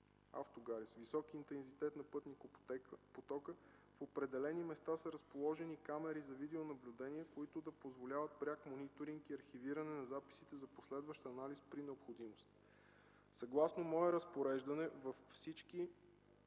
Автогари с висок интензитет на пътникопотока – в определени места са разположени камери за видеонаблюдение, които да позволяват пряк мониторинг и архивиране на записите за последващ анализ при необходимост. Съгласно мое разпореждане във всички